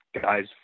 guys